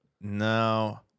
no